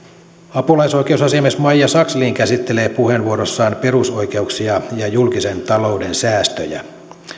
apulaisoikeusasiamies maija sakslin käsittelee puheenvuorossaan perusoikeuksia ja julkisen talouden säästöjä